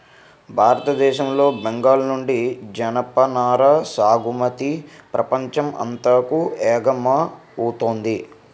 భారతదేశం లో బెంగాల్ నుండి జనపనార సాగుమతి ప్రపంచం అంతాకు ఎగువమౌతుంది